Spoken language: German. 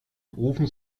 rufen